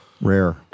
Rare